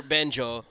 Benjo